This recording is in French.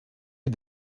les